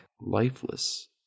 lifeless